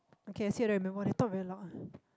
okay I see whether I remember they talk very loud ah